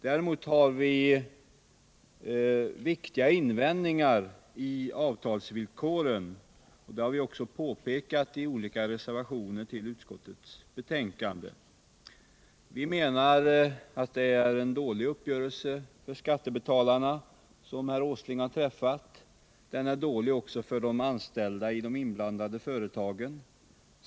Däremot har vi viktiga invändningar mot avtalsvillkoren, och det har vi även påpekat i olika reservationer till utskottets betänkande. Vi menar att det är en dålig uppgörelse för skattebetalarna som herr Åsling har träffat. Den är dålig också för de anställda i de inblandade företagen.